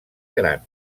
gran